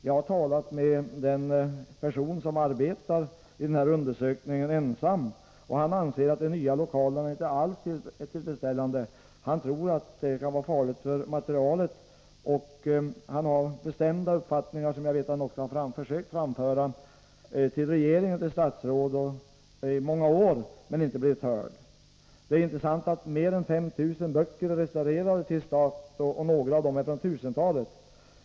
Jag har talat med den person som ensam arbetar med den här undersökningen, och han anser att de nya lokalerna inte alls är tillfredsställande. Han tror att lokalerna kan vara farliga för materialet, och han hyser bestämda uppfattningar som jag vet att han också har försökt framföra till regeringen och statsråd i många år, men inte blivit hörd. Det är intressant att notera att mer än 5 000 böcker är restaurerade tills nu, några av dem från 1000-talet.